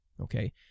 Okay